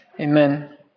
amen